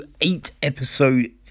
eight-episode